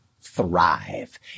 thrive